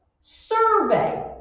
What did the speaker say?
Survey